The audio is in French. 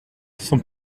sans